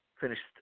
finished